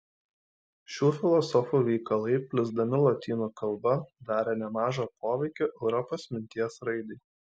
šių filosofų veikalai plisdami lotynų kalba darė nemažą poveikį europos minties raidai